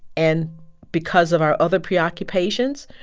and because of our other preoccupations,